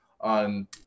on